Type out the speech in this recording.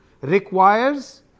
requires